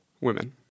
women